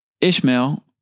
Ishmael